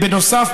בנוסף,